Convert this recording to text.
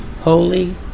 holy